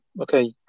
okay